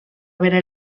bere